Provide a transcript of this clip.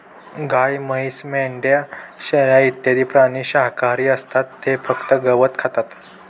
गाय, म्हैस, मेंढ्या, शेळ्या इत्यादी प्राणी शाकाहारी असतात ते फक्त गवत खातात